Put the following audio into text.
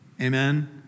amen